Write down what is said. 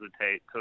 hesitate